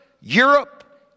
Europe